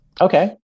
Okay